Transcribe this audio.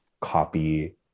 copy-